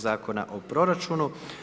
Zakona o proračunu.